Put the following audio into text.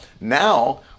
now